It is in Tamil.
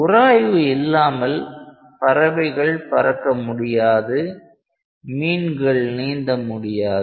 உராய்வு இல்லாமல் பறவைகள் பறக்க முடியாது மீன்கள் நீந்த முடியாது